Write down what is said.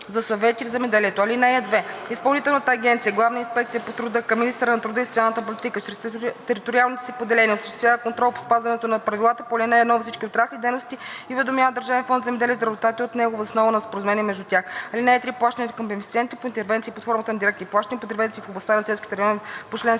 за съвети в земеделието. (2) Изпълнителната агенция „Главна инспекция по труда“ към министъра на труда и социалната политика чрез териториалните си поделения осъществява контрол по спазването на правилата по ал. 1 във всички отрасли и дейности и уведомява Държавен фонд „Земеделие“ за резултатите от него въз основа на споразумение между тях. (3) Плащанията към бенефициентите по интервенции под формата на директни плащания и по интервенции в областта на селските райони